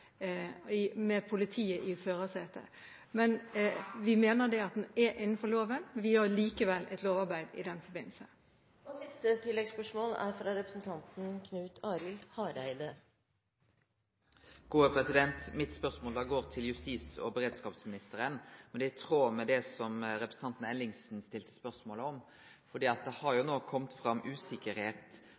med politiet i førersetet. Vi mener at den er innenfor loven, men vi gjør likevel et lovarbeid i den forbindelse. Knut Arild Hareide – til siste oppfølgingsspørsmål. Mitt spørsmål går til justis- og beredskapsministeren, men det er i tråd med det som representanten Ellingsen stilte spørsmål om. Det har jo no kome fram